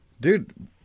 Dude